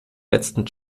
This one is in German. letzten